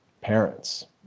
parents